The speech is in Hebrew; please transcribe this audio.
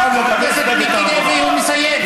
חבר הכנסת מיקי לוי, הוא מסיים.